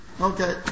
Okay